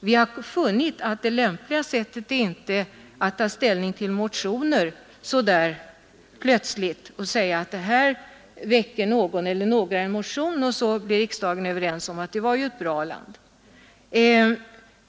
Vi har funnit att det lämpliga sättet inte är att ta ställning till motioner på så vis att någon eller några väcker en motion om anslag till ett visst land och riksdagen säger att det var ju ett bra land.